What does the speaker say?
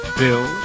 bill